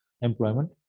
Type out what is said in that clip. employment